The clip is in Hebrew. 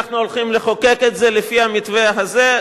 אנחנו הולכים לחוקק את זה לפי המתווה הזה,